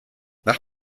nach